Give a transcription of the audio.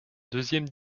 deuxième